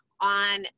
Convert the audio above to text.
on